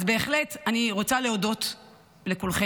אז בהחלט, אני רוצה להודות לכולכם